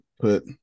put